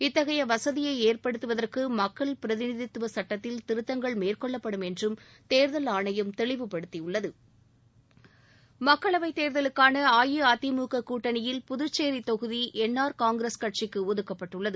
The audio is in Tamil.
இத்தகைய வசதியை ஏற்படுத்துவதற்கு மக்கள் பிரதிநிதித்துவ சட்டத்தில் திருத்தங்கள் மேற்கொள்ளப்படும் என்றும் தேர்தல் ஆணையம் தெளிவுப்படுத்தி உள்ளது மக்களவை தேர்தலுக்காள அஇஅதிமுக கூட்டணியில் புதுச்சேரி தொகுதி என்ஆர் காங்கிரஸ் கட்சிக்கு ஒதுக்கப்பட்டுள்ளது